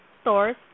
stores